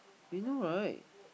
you know right